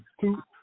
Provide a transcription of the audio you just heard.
Two